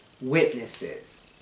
witnesses